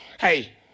Hey